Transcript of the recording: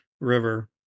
River